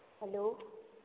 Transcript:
hello